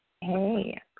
Hey